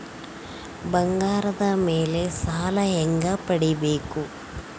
ಬಂಗಾರದ ಮೇಲೆ ಸಾಲ ಹೆಂಗ ಪಡಿಬೇಕು?